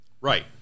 Right